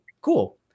Cool